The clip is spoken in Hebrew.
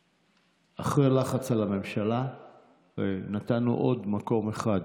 אחרי לחץ על הממשלה נתנו עוד מקום אחד,